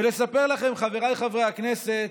ולספר לכם, חבריי חברי הכנסת,